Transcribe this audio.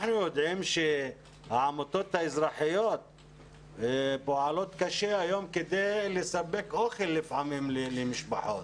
אנחנו יודעים שהעמותות האזרחיות פועלות היום קשה כדי לספק אוכל למשפחות.